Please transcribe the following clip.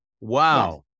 Wow